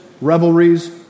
revelries